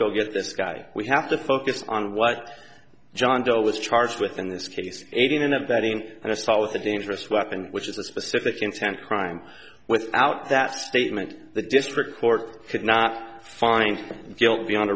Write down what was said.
go get this guy we have to focus on what john doe was charged with in this case aiding and abetting an assault with a dangerous weapon which is a specific intent crime without that statement the district court could not find guilt beyond